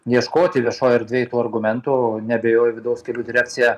ieškoti viešoj erdvėj tų argumentų neabejoju vidaus kelių direkcija